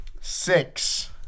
Six